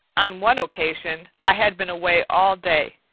on one occasion i had been away all day.